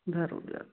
बराबरि